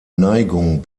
neigung